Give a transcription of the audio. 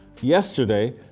Yesterday